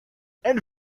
and